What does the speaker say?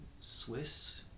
Swiss